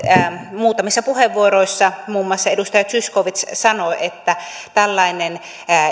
muutamissa puheenvuoroissa muun muassa edustaja zyskowicz sanoi että tällainen